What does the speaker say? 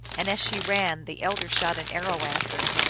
and, as she ran, the elder shot an arrow at her.